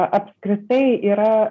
apskritai yra